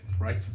Right